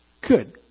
Good